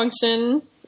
function